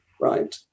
right